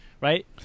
right